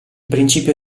principio